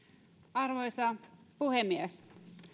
arvoisa puhemies